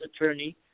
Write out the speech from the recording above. attorney